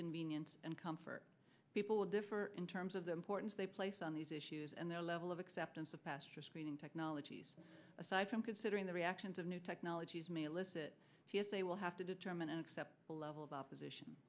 convenience and comfort people differ in terms of the importance they place on these issues and their level of acceptance of past or screening technologies aside from considering the reactions of new technologies may elicit they will have to determine an acceptable level of opposition